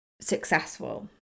successful